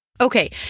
Okay